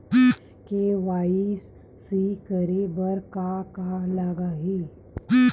KYC करे बर का का लगही?